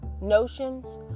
notions